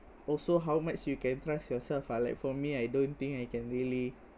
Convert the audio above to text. also how much you can trust yourself ah like for me I don't think I can really